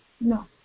No